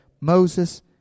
Moses